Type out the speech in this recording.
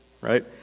right